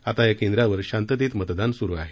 आता या केंद्रावर शांततेत मतदान सुरू आहे